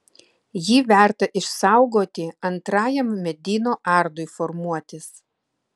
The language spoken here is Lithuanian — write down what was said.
jį verta išsaugoti antrajam medyno ardui formuotis